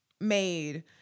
made